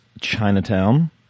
Chinatown